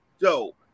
dope